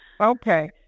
Okay